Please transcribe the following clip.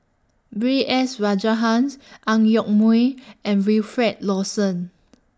B S Rajhans Ang Yoke Mooi and Wilfed Lawson